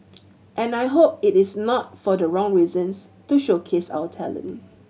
and I hope it is not for the wrong reasons to showcase our talent